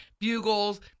bugles